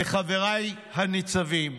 לחבריי הניצבים,